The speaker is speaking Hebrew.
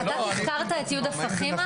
אתה תחקרת את יהודה פחימה?